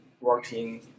working